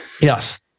Yes